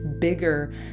bigger